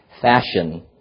fashion